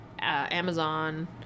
Amazon